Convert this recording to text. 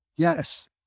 Yes